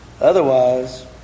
Otherwise